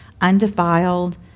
undefiled